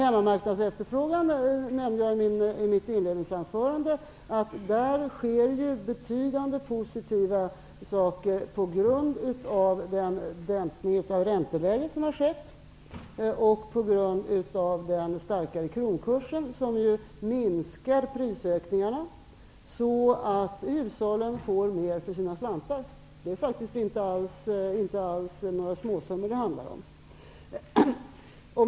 Jag nämnde i mitt inledningsanförande att det sker betydande positiva saker med hemmamarknadsefterfrågan på grund av den dämpning av ränteläget som har skett och på grund av den starkare kronkursen, som ju minskar prisökningarna så att hushållen får mer för sina slantar. Det är inte alls några småsummor det handlar om.